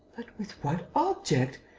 but with what object?